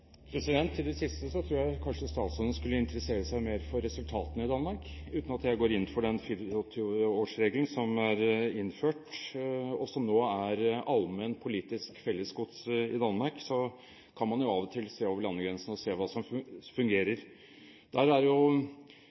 til oppfølgingsspørsmål. Vedrørende det siste tror jeg kanskje statsråden skulle interessere seg mer for resultatene i Danmark. Uten at jeg går inn for den 24-årsregelen som er innført, og som nå er allment politisk fellesgods i Danmark, kan man jo av og til se over landegrensene og se hva som fungerer. Der er det